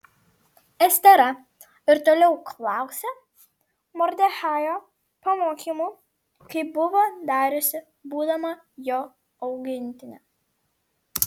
estera ir toliau klausė mordechajo pamokymų kaip buvo dariusi būdama jo augintinė